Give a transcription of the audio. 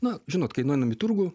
na žinot kai nueinam į turgų